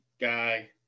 guy